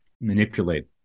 manipulate